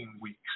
weeks